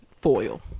foil